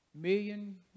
million